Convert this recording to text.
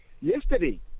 yesterday